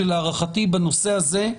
שלהערכתי בנושא הזה,